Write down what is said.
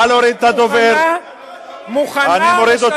אדוני, תוריד, אני מוריד אותך,